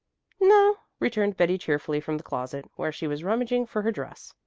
no, returned betty cheerfully from the closet, where she was rummaging for her dress.